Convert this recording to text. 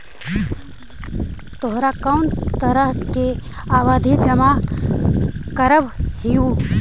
तोहरा कौन तरह के आवधि जमा करवइबू